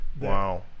Wow